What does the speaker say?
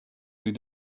sie